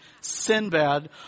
Sinbad